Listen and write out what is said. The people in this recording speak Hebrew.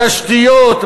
בתשתיות,